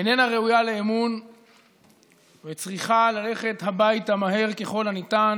איננה ראויה לאמון והיא צריכה ללכת הביתה מהר ככל הניתן,